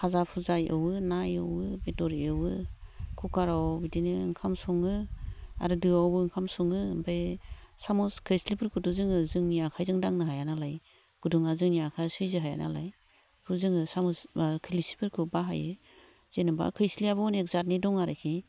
फाजा फुजा एवो ना एवो बेदर एवो कुकाराव बिदिनो ओंखाम सङो आरो दोआवबो ओंखाम सङो ओमफाय सामस खोस्लिफोरखोथ' जोङो जोंनि आखाइजों दांनो हाया नालाय गुदुङा जोंनि आखाया सयज' हाया नालाय बेखौ जों समस खोस्लिफोरखौ बाहायो जेन'बा खोस्लियाबो अनेख जादनि दं आरोखि